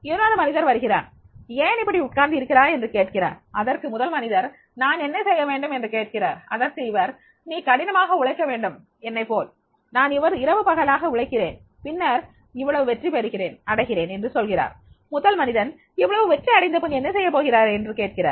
இன்னொரு மனிதர் வருகிறான் ஏன் இப்படி உட்கார்ந்து இருக்கிறாய் என்று கேட்கிறார் அதற்கு முதல் மனிதர் நான் என்ன செய்ய வேண்டும் என்று கேட்கிறார் அதற்கு இவர் நீ கடினமாக உழைக்க வேண்டும் என்னை போல் நான் இரவு பகலாக உழைக்கிறேன் பின்னர் இவ்வளவு வெற்றி அடைகிறேன் என்று சொல்கிறார் முதல் மனிதன் இவ்வளவு வெற்றி அடைந்த பின் என்ன செய்யப் போகிறாய் என்று கேட்கிறார்